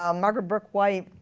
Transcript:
um margaret bourke-white.